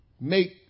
make